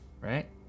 right